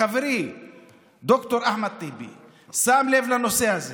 חברי ד"ר אחמד טיבי שם לב לנושא הזה